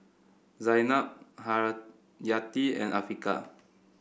Zaynab Haryati and Afiqah